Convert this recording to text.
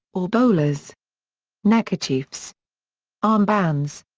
or bowlers neckerchiefs armbands.